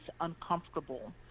uncomfortable